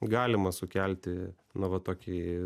galima sukelti na va tokį